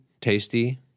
tasty